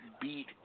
beat